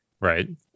Right